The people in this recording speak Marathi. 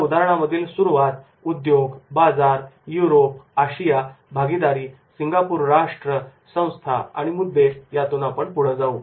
या उदाहरणामधील सुरवात उद्योग बाजार युरोप आशिया भागीदारी सिंगापूर राष्ट्र संस्था आणि मुद्दे यातून आपण पुढे जाऊ